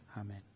Amen